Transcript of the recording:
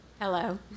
Hello